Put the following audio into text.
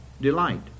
delight